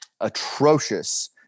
atrocious